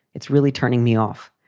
it's really turning me off.